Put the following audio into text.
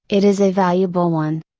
it is a valuable one.